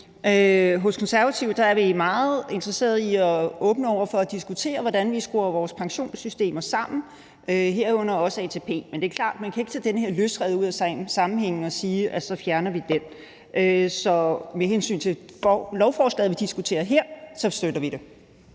Hos Konservative er vi meget interesserede i og åbne over for at diskutere, hvordan vi skruer vores pensionssystemer sammen, herunder også ATP, men det er klart, at man ikke kan tage det her løsrevet ud af sammenhængen og sige, at så fjerner vi den. Så med hensyn til lovforslaget, vi diskuterer her, støtter vi det.